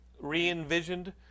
re-envisioned